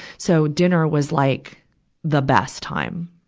so dinner was like the best time.